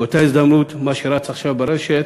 באותה הזדמנות, מה שרץ עכשיו ברשת,